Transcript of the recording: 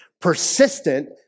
persistent